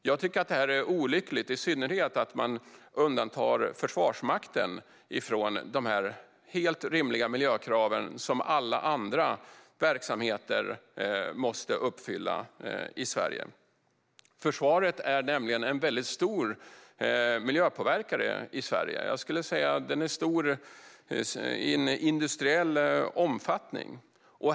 Jag tycker att det är olyckligt, i synnerhet att man undantar Försvarsmakten från dessa helt rimliga miljökrav som alla andra verksamheter måste uppfylla i Sverige. Försvaret är nämligen en väldigt stor miljöpåverkare i Sverige. Jag skulle säga att det är i en industriell omfattning.